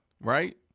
right